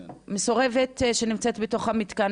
מסורבת שנמצאת בתוך המתקן,